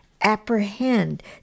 apprehend